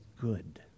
good